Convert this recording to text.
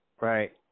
right